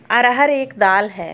अरहर एक दाल है